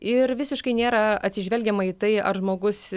ir visiškai nėra atsižvelgiama į tai ar žmogus